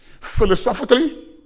philosophically